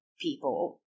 people